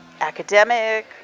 academic